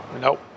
Nope